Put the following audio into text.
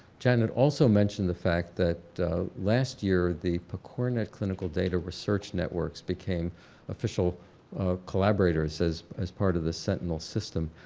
janet also mentioned the fact that last year the pcornet clinical data research networks became official collaborators as as part of the sentinel system.